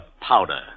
powder